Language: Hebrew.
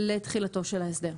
לתחילתו של ההסדר.